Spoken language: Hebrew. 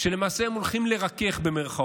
שלמעשה הם הולכים "לרכך"